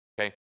Okay